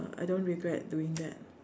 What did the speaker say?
I don't regret doing that